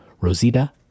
Rosita